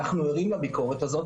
אנחנו ערים לביקורת הזאת,